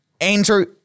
Andrew